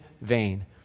vain